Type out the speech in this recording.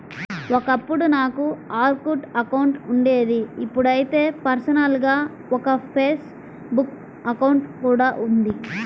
ఒకప్పుడు నాకు Orkut account ఉండేది ఇప్పుడైతే పర్సనల్ గా ఒక ఫేస్ బుక్ అకౌంట్ కూడా ఉంది